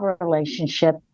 relationship